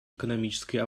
экономической